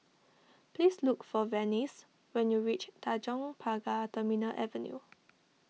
please look for Venice when you reach Tanjong Pagar Terminal Avenue